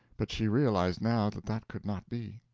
but she realized now that that could not be.